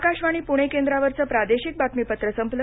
आकाशवाणी प्णे केंद्रावरचं प्रादेशिक बातमीपत्र संपलं